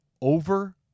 over